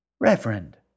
Reverend